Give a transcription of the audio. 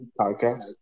podcast